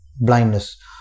blindness